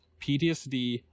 PTSD